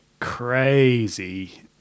crazy